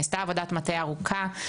ונעשתה עבודת מטה ארוכה,